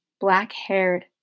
black-haired